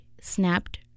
snapped